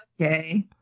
Okay